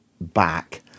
back